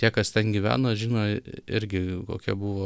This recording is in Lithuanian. tie kas ten gyveno žino irgi kokia buvo